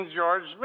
George